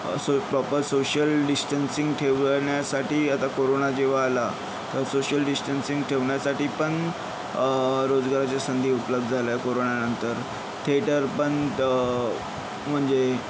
असं proper social distancing ठेवण्यासाठी आता कोरोना जेव्हा आला तर सोशल डिस्टन्सिंग ठेवण्यासाठी पण रोजगाराच्या संधी उपलब्ध झाल्या कोरोना नंतर थेटर पण म्हणजे